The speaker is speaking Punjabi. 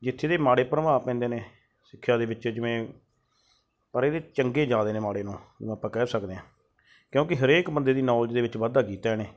ਜਿਥੇ ਇਹਦੇ ਮਾੜੇ ਪ੍ਰਭਾਵ ਪੈਂਦੇ ਨੇ ਸਿੱਖਿਆ ਦੇ ਵਿੱਚ ਜਿਵੇਂ ਪਰ ਇਹਦੇ ਚੰਗੇ ਜਿਆਦੇ ਨੇ ਮਾੜੇ ਨਾਲੋ ਜਿਵੇਂ ਆਪਾਂ ਕਹਿ ਸਕਦੇ ਆਂ ਕਿਉਂਕਿ ਹਰੇਕ ਬੰਦੇ ਦੀ ਨੌਲੇਜ ਦੇ ਵਿੱਚ ਵਾਧਾ ਕੀਤਾ ਇਹਨੇ